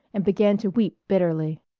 and began to weep bitterly.